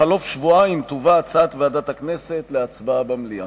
בחלוף שבועיים תובא הצעת ועדת הכנסת להצבעה במליאה.